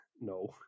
No